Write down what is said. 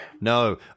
No